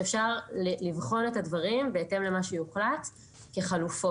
אפשר לבחון את הדברים בהתאם למה שיוחלט כחלופות.